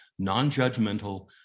non-judgmental